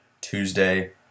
Tuesday